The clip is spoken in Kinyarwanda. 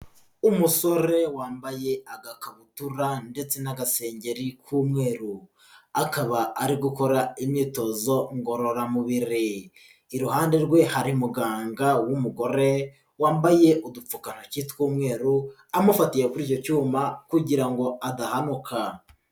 Umusore wambaye agakabutura ndetse n'agasengeri k'umweru, akaba ari gukora imyitozo ngororamubiri, iruhande rwe hari umuganga w'umugore wambaye udupfukantoki tw'umweru amufatiye kuri icyo cyuma kugira ngo adahanuka.